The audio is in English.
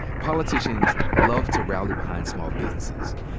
politicians love to rally behind small businesses,